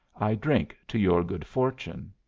i drink to your good fortune.